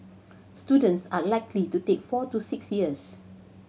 students are likely to take four to six years